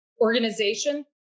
organization